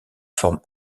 forme